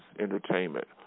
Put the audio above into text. entertainment